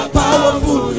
powerful